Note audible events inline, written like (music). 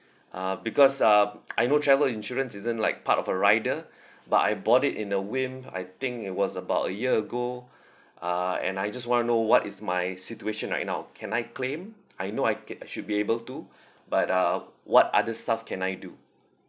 uh because um (noise) I know travel insurance isn't like part of a rider (breath) but I bought it in a whim I think it was about a year ago uh and I just want to know what is my situation right now can I claim I know I ca~ should be able to but uh what other stuff can I do